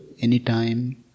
anytime